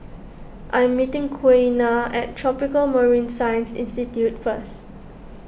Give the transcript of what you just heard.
I'm meeting Quiana at Tropical Marine Science Institute first